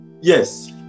Yes